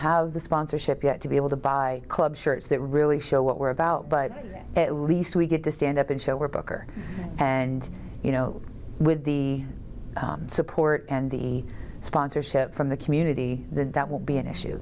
have the sponsorship yet to be able to buy club shirts that really show what we're about but at least we get to stand up and show where booker and you know with the support and the sponsorship from the community that that will be an issue